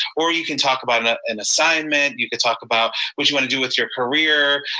or you can talk about an and assignment. you could talk about what you want to do with your career,